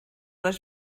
les